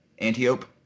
Antiope